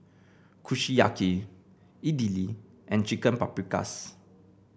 Kushiyaki Idili and Chicken Paprikas